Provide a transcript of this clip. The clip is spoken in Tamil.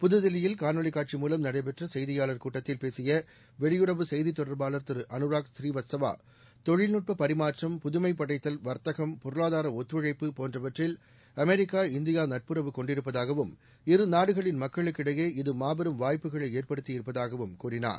புதுதில்லியில் காணொலி காட்சி மூலம் நடைபெற்ற செய்தியாளர் கூட்டத்தில் பேசிய வெளியுறவு செய்தித் தொடர்பாளர் திருஅனுராக் புரீவத்சவா தொழில்நுட்ப பரிமாற்றம் புதுமை படைத்தல் வர்த்தகம் பொருளாதார ஒத்துழைப்பு போன்றவற்றில் அமெரிக்கா இந்தியா நட்புறவு கொண்டிருப்பதாகவும் இரு நாடுகளின் மக்களுக்கிடையே இது மாபெரும் வாய்ப்புகளை ஏற்படுத்தியிருப்பதாகவும் கூறினார்